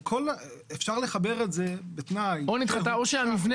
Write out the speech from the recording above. אפשר לחבר את זה --- או שנדחתה או שהמבנה